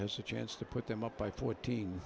has a chance to put them up by fourteen